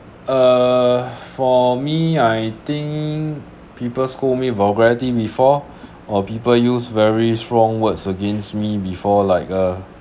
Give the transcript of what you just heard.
uh for me I think people scold me vulgarity before or people use very strong words against me before like uh